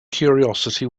curiosity